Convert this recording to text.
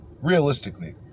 realistically